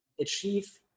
achieve